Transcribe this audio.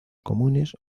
comunes